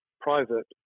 private